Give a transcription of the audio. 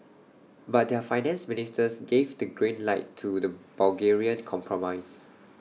but their finance ministers gave the green light to the Bulgarian compromise